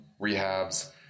rehabs